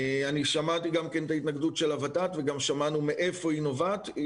שמעתי גם את ההתנגדות של הות"ת ומאיפה היא נובעת.